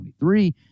2023